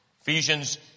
Ephesians